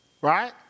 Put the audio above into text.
right